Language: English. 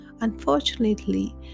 unfortunately